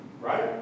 Right